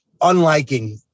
unliking